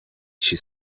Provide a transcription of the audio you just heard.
she